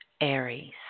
Aries